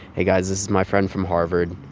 hey, guys, this is my friend from harvard.